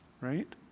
right